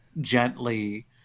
gently